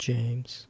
James